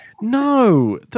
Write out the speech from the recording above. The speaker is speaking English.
No